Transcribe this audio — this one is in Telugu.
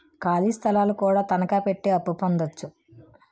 ఖాళీ స్థలాలు కూడా తనకాపెట్టి అప్పు పొందొచ్చు